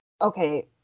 okay